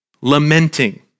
Lamenting